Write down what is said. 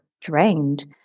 drained